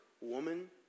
woman